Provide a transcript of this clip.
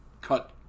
cut